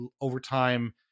overtime –